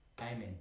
Amen